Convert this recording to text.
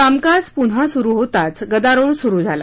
कामकाज पुन्हा सुरु होताच गदारोळ सुरु झाला